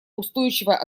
устойчивая